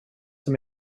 som